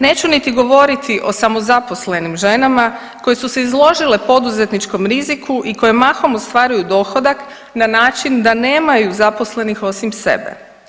Neću niti govoriti o samozaposlenim ženama koje su se izložile poduzetničkom riziku i koje mahom ostvaruju dohodak na način da nemaju zaposlenih osim sebe.